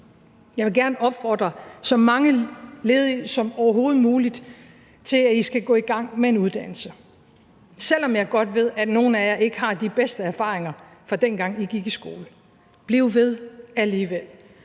Jeg vil gerne opfordre så mange ledige som overhovedet muligt til at gå i gang med en uddannelse, selv om jeg godt ved, at nogle af jer ikke har de bedste erfaringer, fra dengang I gik i skole. Bliv ved alligevel!